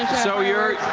so you're